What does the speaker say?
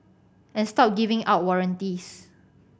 and stop giving out warranties